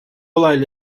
olayla